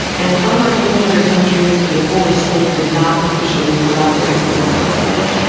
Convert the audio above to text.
and unlike many other countries, the polish state did not officially collaborate with the nazis,